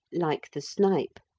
like the snipe,